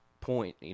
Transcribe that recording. point